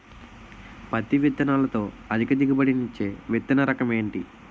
పత్తి విత్తనాలతో అధిక దిగుబడి నిచ్చే విత్తన రకం ఏంటి?